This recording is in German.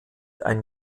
ein